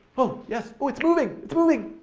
oh, yes, oh, it's moving, it's moving!